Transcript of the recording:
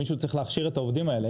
מישהו צריך להכשיר את העובדים האלה.